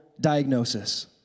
diagnosis